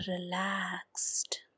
relaxed